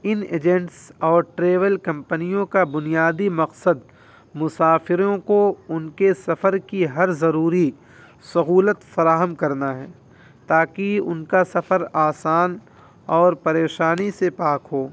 ان agents اور travel کمپنیوں کا بنیادی مقصد مسافروں کو ان کے سفر کی ہر ضروری سہولت فراہم کرنا ہے تاکہ ان کا سفر آسان اور پریشانی سے پاک ہو